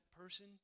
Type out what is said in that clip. person